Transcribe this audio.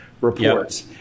reports